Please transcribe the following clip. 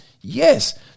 Yes